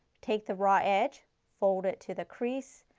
take the raw edge, fold it to the crease,